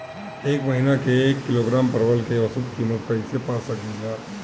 एक महिना के एक किलोग्राम परवल के औसत किमत कइसे पा सकिला?